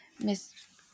miss